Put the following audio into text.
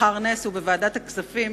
מחר נס ובוועדת הכספים